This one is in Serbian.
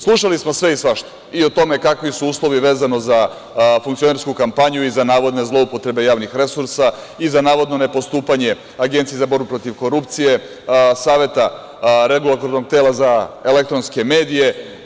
Slušali smo sve i svašta, i o tome kakvi su uslovi vezano za funkcionersku kampanju i za navodne zloupotrebe javnih resursa i za navodno nepostupanje Agencije za borbu protiv korupcije, Saveta regulatornog tela za elektronske medije.